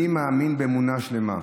אני מאמין באמונה שלמה,